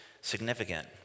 significant